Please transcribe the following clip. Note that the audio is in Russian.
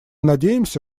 надеемся